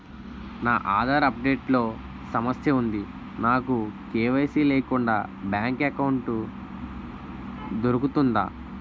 నా Aadhaar update లో సమస్య వుంది నాకు కే.వై.సీ లేకుండా బ్యాంక్ ఎకౌంట్దొ రుకుతుందా?